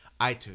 iTunes